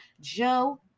Joe